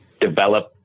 develop